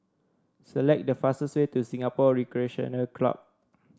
select the fastest way to Singapore Recreation Club